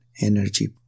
energy